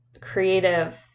creative